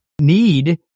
need